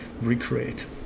recreate